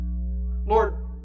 Lord